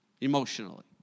emotionally